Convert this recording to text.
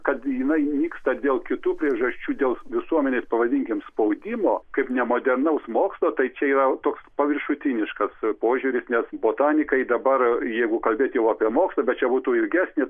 kad jinai nyksta dėl kitų priežasčių dėl visuomenės pavadinkime spaudimo kaip nemodernaus mokslo tai čia jau toks paviršutiniškas požiūris nes botanikai dabar jeigu kalbėti ir apie mokslą bet čia būtų ilgesnė